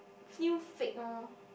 feel fake oh